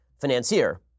financier